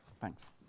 Thanks